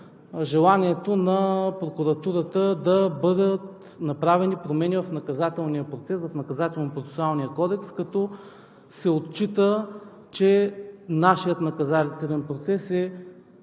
желанието на прокуратурата да бъдат направени промени в наказателния процес, в Наказателно-процесуалния кодекс, като се отчита, че нашият наказателен процес е